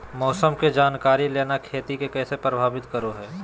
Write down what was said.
मौसम के जानकारी लेना खेती के कैसे प्रभावित करो है?